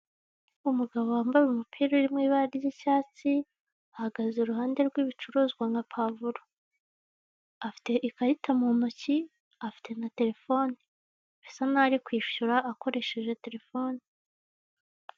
Umugabo wambaye umupira uri mu ibara ry'icyatsi ahagaze iruhande rw'ibicuruzwa nka pavuro, afite ikarita mu ntoki, afite na telefone bisa naho ari kwishyura akoresheje telefone.